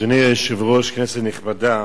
אדוני היושב-ראש, כנסת נכבדה,